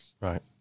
right